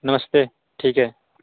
नमस्ते ठीक है